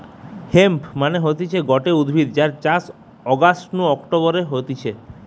hemp মানে হতিছে গটে উদ্ভিদ যার চাষ অগাস্ট নু অক্টোবরে হতিছে